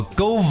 go